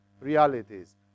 realities